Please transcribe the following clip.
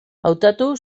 hautatu